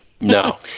No